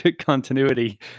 continuity